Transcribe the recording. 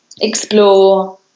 explore